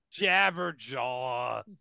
Jabberjaw